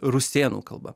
rusėnų kalba